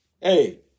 Hey